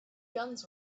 guns